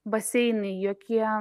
baseinai jokie